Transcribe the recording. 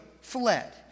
fled